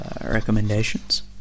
Recommendations